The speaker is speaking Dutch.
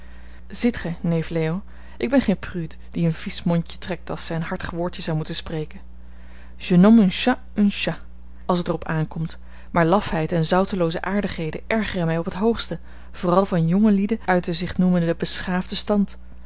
neef leo ik ben geen prude die een vies mondje trekt als zij een hartig woordje zou moeten spreken je nomme un chat un chat als het er op aankomt maar lafheid en zoutelooze aardigheden ergeren mij op het hoogste vooral van jongelieden uit den zich noemenden beschaafden stand